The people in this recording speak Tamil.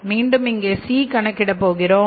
மீண்டும் இங்கே C கணக்கிடப் போகிறோம்